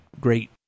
great